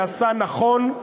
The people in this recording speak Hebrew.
שעשית נכון,